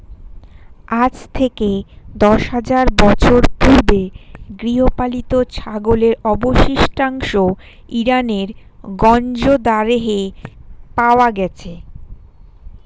আজ থেকে দশ হাজার বছর পূর্বে গৃহপালিত ছাগলের অবশিষ্টাংশ ইরানের গঞ্জ দারেহে পাওয়া গেছে